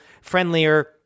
friendlier